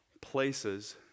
Places